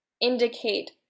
indicate